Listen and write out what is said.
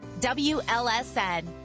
WLSN